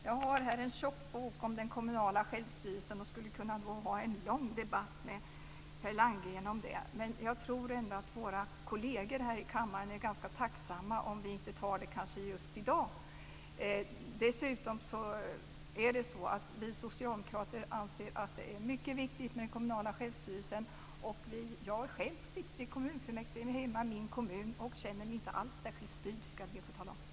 Jag har här en tjock bok om den kommunala självstyrelsen och skulle kunna föra en lång debatt med Per Landgren om den. Men jag tror ändå att våra kolleger här i kammaren är ganska tacksamma om vi inte tar den just i dag. Dessutom anser vi socialdemokrater att det är mycket viktigt med den kommunala självstyrelsen. Jag sitter själv i kommunfullmäktige hemma i min kommun och känner mig inte alls särskilt styrd, ska jag be att få tala om.